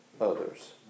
others